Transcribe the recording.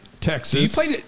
Texas